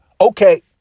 Okay